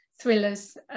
thrillers